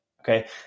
Okay